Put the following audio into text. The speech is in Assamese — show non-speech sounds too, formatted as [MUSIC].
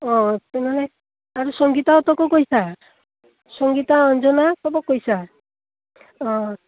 অঁ তেনেহ'লে আৰু সংগীতাহঁতক কৈছা সংগীতা অঞ্জনা [UNINTELLIGIBLE]